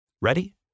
Ready